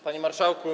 Panie Marszałku!